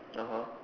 (uh huh)